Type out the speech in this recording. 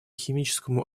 химическому